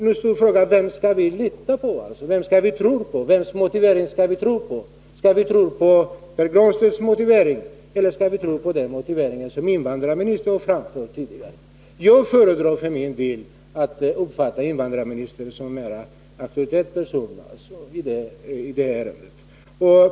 Nu måste vi fråga: Vilken motivering skall vi tro på? Skall vi tro på Pär Granstedts motivering, eller skall vi tro på den motivering som invandrarministern har angivit? Jag föredrar för min del att uppfatta invandrarministern som mer auktoritativ i detta ärende.